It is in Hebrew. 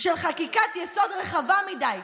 של חקיקת-יסוד רחבה מדי,